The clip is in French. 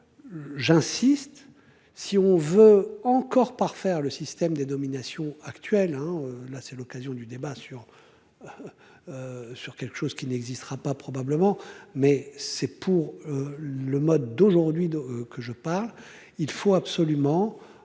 J'insiste, si on veut encore parfaire le système des domination actuelle hein là c'est l'occasion du débat sur. Sur quelque chose qui n'existera pas probablement mais c'est pour le mode d'aujourd'hui que je pars. Il faut absolument